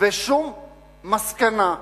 ושום מסקנה,